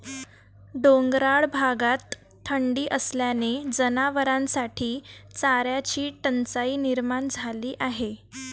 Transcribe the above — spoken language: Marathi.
डोंगराळ भागात थंडी असल्याने जनावरांसाठी चाऱ्याची टंचाई निर्माण झाली आहे